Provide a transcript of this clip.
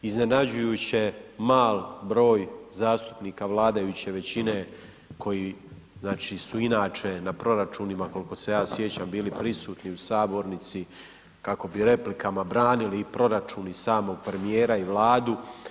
Iznenađujuće mal broj zastupnika vladajuće većine koji su inače na proračunima koliko se ja sjećam bili prisutni u sabornici kako bi replikama branili proračun i samog premijera i Vladu.